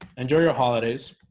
enjoy your holidays